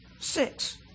Six